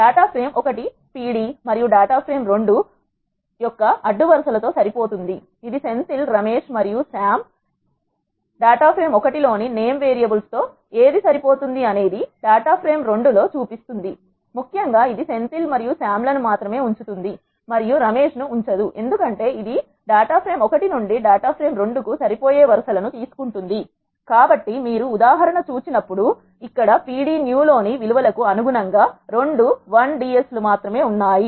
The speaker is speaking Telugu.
డేటా ఫ్రేమ్ 1 pd మరియు డేటా ఫ్రేమ్ 2 యొక్క అడ్డు వరసలలో సరి పోతుంది ఇది సెంథిల్ రమేశ్ మరియు సామ్ మరియు డేటా ఫ్రేమ్ 1లోని నేమ్ వేరియబుల్స్ తో ఏది సరి పోతుంది అనేది డేటా ఫ్రేమ్ 2 లో చూపిస్తుందిముఖ్యంగా ఇది సెంథిల్ మరియు సామ్ లను మాత్రమే ఉంచుతుంది మరియు రమేశ్ ను ఉంచదు ఎందుకంటే ఇది ఇది డేటా ఫ్రేమ్ 1 నుండి డాటా ఫ్రేమ్ 2 కు సరిపోయే వరుస లను తీసుకుంటుంది కాబట్టి మీరు ఉదాహరణ చూసినప్పుడు ఇక్కడ అ pd new లోని విలువలకు అనుగుణంగా 2 lds మాత్రమే ఉన్నాయి